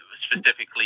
specifically